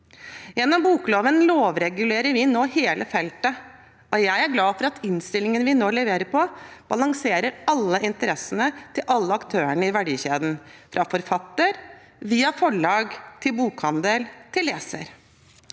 Gjennom bokloven lovregulerer vi nå hele feltet, og jeg er glad for at innstillingen vi nå leverer, balanserer alle interessene til alle aktørene i verdikjeden, fra forfatter via forlag til bokhandel – og til leser.